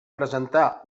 presentar